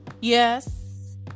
Yes